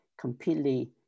completely